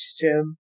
Jim